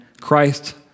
Christ